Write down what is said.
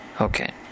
Okay